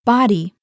Body